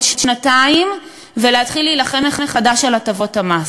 שנתיים ולהתחיל להילחם מחדש על הטבות המס,